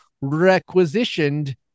requisitioned